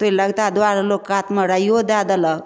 तऽ ओइ लगता दुआरे लोक कातमे राइयो दए देलक